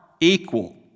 equal